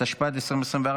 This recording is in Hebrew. התשפ"ד 2024,